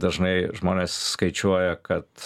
dažnai žmonės skaičiuoja kad